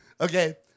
Okay